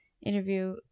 interview